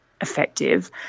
effective